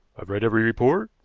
i've read every report,